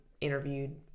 interviewed